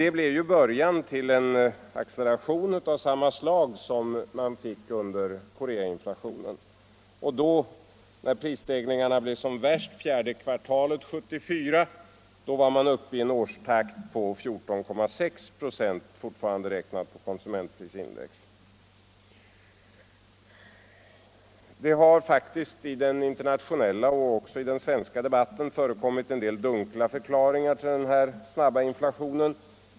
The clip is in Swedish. Det blev ju början till en acceleration av samma slag som den man fick under Koreainflationen. När prisstegringarna blev som värst, under fjärde kvartalet 1974, var man uppe i en årstakt på 14,6 96, fortfarande räknat på konsumentprisindex. Det har faktiskt i den internationella och även i den svenska debatten förekommit en del dunkla förklaringar till denna snabba inflation.